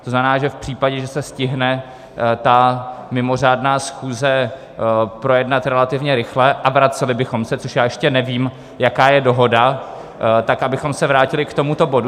To znamená, že v případě, že se stihne ta mimořádná schůze projednat relativně rychle a vraceli bychom se, což já ještě nevím, jaká je dohoda, tak abychom se vrátili k tomuto bodu.